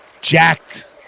jacked